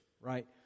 right